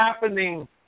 happening